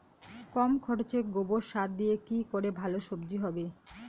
কম খরচে গোবর সার দিয়ে কি করে ভালো সবজি হবে?